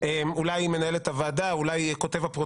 אולי מנהלת הוועדה,